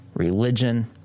religion